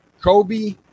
Kobe